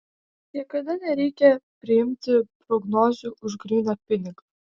niekada nereikia priimti prognozių už gryną pinigą